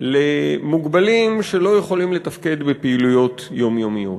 למוגבלים שלא יכולים לתפקד בפעילויות יומיומיות,